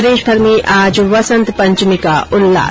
प्रदेशभर में आज वसंत पंचमी का उल्लास